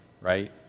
right